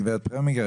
גב' פרמינגר,